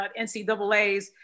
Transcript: NCAAs